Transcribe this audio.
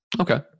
Okay